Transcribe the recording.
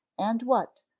and what,